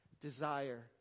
desire